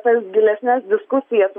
tas gilesnes diskusijas